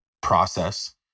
process